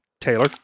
Taylor